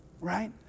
right